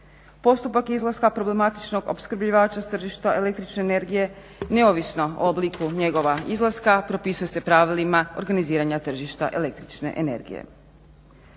Postupak izlaska problematičnog opskrbljivača s tržišta električne energije neovisno o obliku njegova izlaska propisuje se pravilima organiziranjima tržišta električne energije.